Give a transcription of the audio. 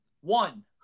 One